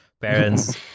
parents